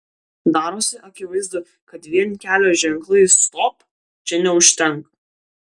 darosi akivaizdu kad vien kelio ženklo stop čia neužtenka